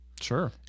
Sure